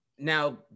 Now